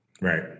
Right